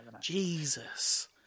Jesus